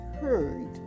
heard